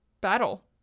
battle